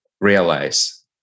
realize